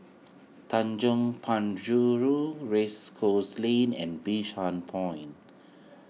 Tanjong Penjuru Race Course Lane and Bishan Point